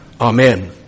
Amen